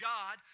God